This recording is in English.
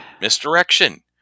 Misdirection